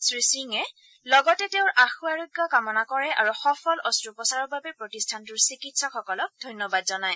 শ্ৰীসিঙে লগতে তেওঁৰ আশু আৰোগ্য কামনা কৰে আৰু সফল অস্ত্ৰোপচাৰৰ বাবে প্ৰতিষ্ঠানটোৰ চিকিৎসকসকলক ধন্যবাদ জনায়